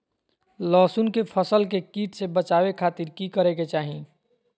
लहसुन के फसल के कीट से बचावे खातिर की करे के चाही?